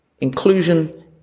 Inclusion